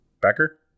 Becker